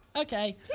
Okay